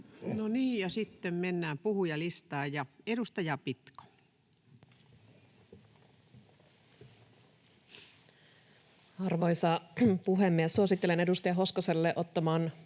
sitten mennään puhujalistaan. — Edustaja Pitko. Arvoisa puhemies! Suosittelen edustaja Hoskosta ottamaan puhelun